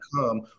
come